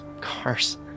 cars